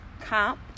comp